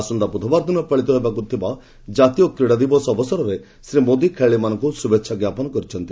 ଆସନ୍ତା ବୃଧବାର ଦିନ ପାଳିତ ହେବାକୁ ଥିବା ଜାତୀୟ କ୍ୱୀଡ଼ା ଦିବସ ଅବସରରେ ଶ୍ରୀ ମୋଦି ଖେଳାଳି ମାନଙ୍କୁ ଶୁଭେଚ୍ଛା ଜ୍ଞାପନ କରିଛନ୍ତି